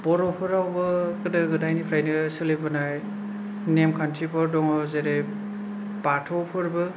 बर' फोरावबो गोदो गोदायनिफ्रायनो सोलिबोनाय नेम खान्थिफोर दङ जेरै बाथौ फोरबो